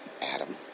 Adam